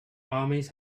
armies